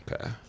Okay